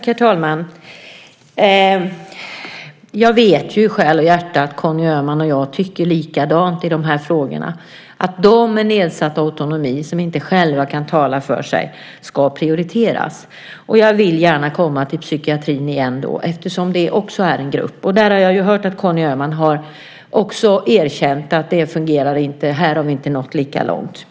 Herr talman! Jag vet ju i själ och hjärta att Conny Öhman och jag tycker likadant i de här frågorna: De med nedsatt autonomi, som inte själva kan tala för sig, ska prioriteras. Jag vill gärna komma tillbaka till psykiatrin igen, eftersom det också är en grupp i sammanhanget. Där har jag hört att Conny Öhman också har erkänt att det inte fungerar. Här har vi inte nått lika långt.